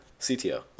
CTO